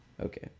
Okay